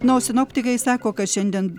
na o sinoptikai sako kad šiandien